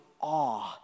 awe